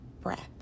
breath